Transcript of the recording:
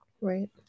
right